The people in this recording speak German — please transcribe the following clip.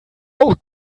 noch